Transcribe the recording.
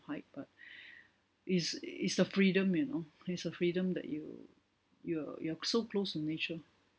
height but is is the freedom you know is the freedom that you you're you're so close to nature